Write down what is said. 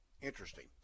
Interesting